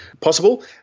possible